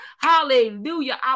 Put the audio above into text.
hallelujah